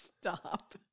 stop